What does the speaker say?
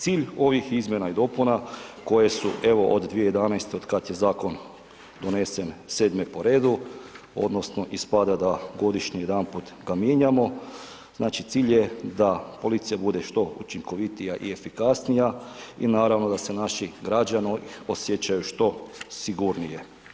Cilj ovih izmjena i dopuna koje su evo od 2011. otkad je zakon donesen, sedme po redu, odnosno ispada da godišnje jedanput ga mijenjamo, znači, cilj je da policija bude što učinkovitija i efikasnija i naravno da se naši građani osjećaju što sigurnije.